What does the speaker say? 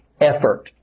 effort